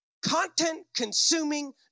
Content-consuming